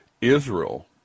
Israel